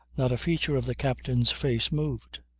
not a feature of the captain's face moved.